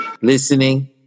listening